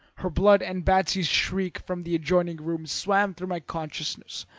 her blood and batsy's shriek from the adjoining room swam through my consciousness,